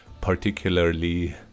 particularly